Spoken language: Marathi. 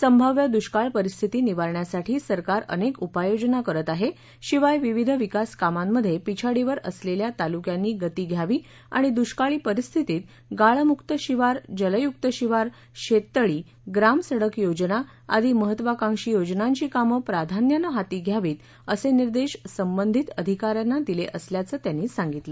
संभाव्य दृष्काळ परिस्थिती निवारण्यासाठी सरकार अनेक उपाययोजना करत आहे शिवाय विविध विकास कामांमध्ये पिछाडीवर असलेल्या तालुक्यांनी गती घ्यावी आणि दृष्काळी परिस्थितीत गाळमुक शिवार जलयूक शिवार शेततळी ग्रामसडक योजना आदी महत्त्वाकांक्षी योजनांची कामं प्राधान्यानं हाती घ्यावीत असे निर्देश संबंधित अधिकाऱ्यांना दिले असल्याचं त्यांनी सांगितलं